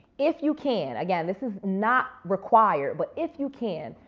if you can, again, this is not required. but if you can,